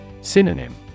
Synonym